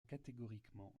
catégoriquement